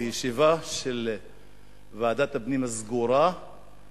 בישיבה סגורה של ועדת הפנים בראשות